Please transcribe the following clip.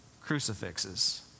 crucifixes